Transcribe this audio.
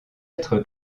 être